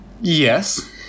Yes